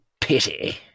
pity